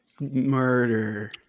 Murder